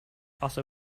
also